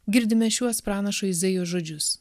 girdime šiuos pranašo izaijo žodžius